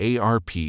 ARP